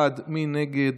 נגד?